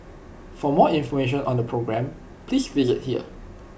for more information on the programme please visit here